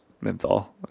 menthol